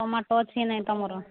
tomato ଅଛି କି ନାହିଁ ତୁମର